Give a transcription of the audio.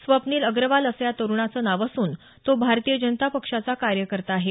स्वप्नील सुनील अग्रवाल असं या तरुणाचं नाव असून तो भारतीय जनता पक्षाचा कार्यकर्ता आहे